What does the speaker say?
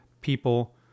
people